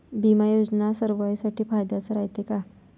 बिमा योजना सर्वाईसाठी फायद्याचं रायते का?